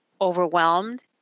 overwhelmed